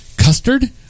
custard